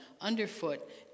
underfoot